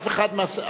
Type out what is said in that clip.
אף אחד מהשרים,